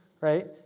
right